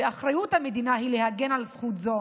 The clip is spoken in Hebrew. ואחריות המדינה היא להגן על זכות זו.